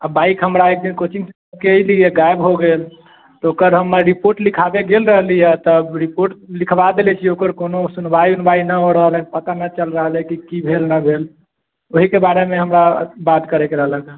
आ बाइक हमरा एक दिन कोचिङ्गके इर्द गाएब हो गेल तऽ ओकर हम रिपोर्ट लिखाबै गेल रहली हँ तब रिपोर्ट लिखबा देले छी ओकर कोनो सुनबाइ उनबाइ नहि हो रहलै हँ पता नहि चल रहलैया कि की भेल नहि भेल ओहिके बारेमे हमरा बात करैके रहलक हँ